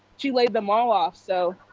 she laid them all off, so.